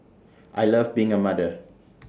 I love being A mother